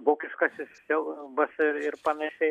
vokiškasis siaubas ir ir panašiai